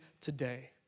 today